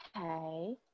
Okay